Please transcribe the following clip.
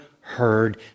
heard